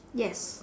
yes